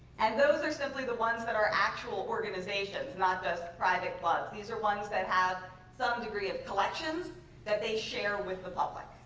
and those are simply the ones that are actual organizations not just private clubs. these are ones that have some degree of collections that they share with the public.